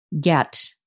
get